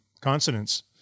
consonants